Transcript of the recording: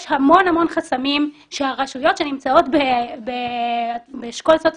יש המון חסמים שהרשויות שנמצאות באשכול סוציו